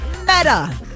Meta